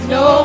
no